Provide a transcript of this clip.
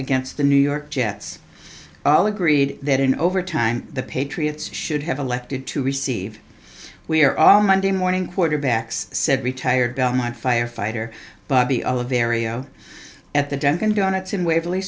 against the new york jets all agreed that in overtime the patriots should have elected to receive we are all monday morning quarterbacks said retired belmont firefighter bobby of the area at the desk and donuts in waverl